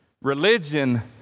Religion